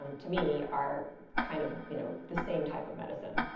um to me, are kind of you know the same type of medicine